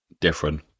different